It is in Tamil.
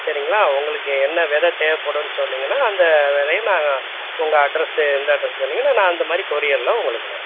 சரிங்களா உங்களுக்கு என்ன விதை தேவைப்படுன்னு சொன்னீங்கன்னால் அந்த விதைய நான் உங்கள்அட்ரஸு எந்த அட்ரஸ் சொன்னீங்கன்னால் நான் அந்த மாதிரி கொரியரில் உங்களுக்கு நான்